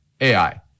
AI